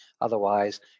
Otherwise